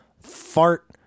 fart